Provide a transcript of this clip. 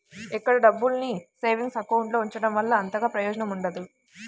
ఎక్కువ డబ్బుల్ని savings account లో ఉంచడం వల్ల అంతగా ప్రయోజనం ఉండదు